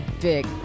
big